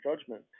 judgment